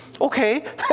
Okay